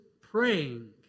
praying